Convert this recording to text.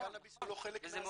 הקנאביס הוא לא חלק מהסל,